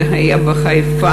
זה היה בחיפה.